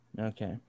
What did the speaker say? Okay